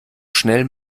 schnell